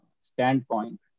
standpoint